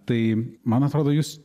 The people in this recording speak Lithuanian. tai man atrodo jūs